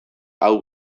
hau